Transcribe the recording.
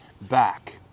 back